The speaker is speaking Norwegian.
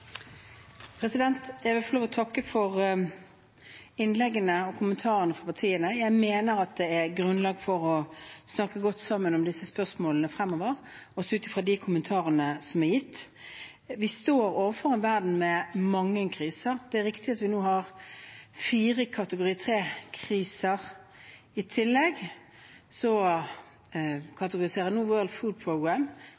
Jeg vil få lov å takke for innleggene og kommentarene fra partiene. Jeg mener at det er grunnlag for å snakke godt sammen om disse spørsmålene fremover, også ut fra de kommentarene som er gitt. Vi står overfor en verden med mange kriser. Det er riktig at vi nå har fire kategori 3-kriser. I tillegg kategoriserer